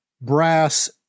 brass